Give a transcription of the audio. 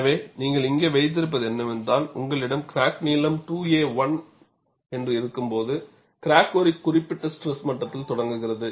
எனவே நீங்கள் இங்கே வைத்திருப்பது என்னவென்றால் உங்களிடம் கிராக் நீளம் 2a1 என்று இருக்கும்போது கிராக் ஒரு குறிப்பிட்ட ஸ்ட்ரெஸ் மட்டத்தில் தொடங்குகிறது